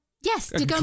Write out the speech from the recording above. Yes